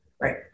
right